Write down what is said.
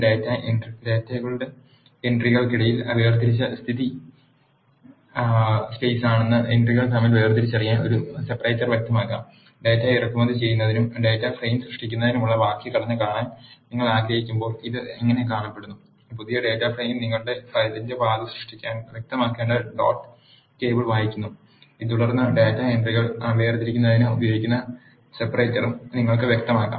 ഡാറ്റയുടെ എൻട്രികൾക്കിടയിൽ വേർതിരിച്ച സ്ഥിരസ്ഥിതി സ്പെയ്സാണെന്ന് എൻട്രികൾ തമ്മിൽ വേർതിരിച്ചറിയാൻ ഒരു സെപ്പറേറ്റർ വ്യക്തമാക്കാം ഡാറ്റ ഇറക്കുമതി ചെയ്യുന്നതിനും ഡാറ്റാ ഫ്രെയിം സൃഷ്ടിക്കുന്നതിനുമുള്ള വാക്യഘടന കാണാൻ നിങ്ങൾ ആഗ്രഹിക്കുമ്പോൾ ഇത് എങ്ങനെ കാണപ്പെടുന്നു പുതിയ ഡാറ്റാ ഫ്രെയിം നിങ്ങൾ ഫയലിന്റെ പാത വ്യക്തമാക്കേണ്ട ഡോട്ട് ടേബിൾ വായിക്കുന്നു തുടർന്ന് ഡാറ്റയുടെ എൻട്രികൾ വേർതിരിക്കുന്നതിന് ഉപയോഗിക്കുന്ന സെപ്പറേറ്ററും നിങ്ങൾക്ക് വ്യക്തമാക്കാം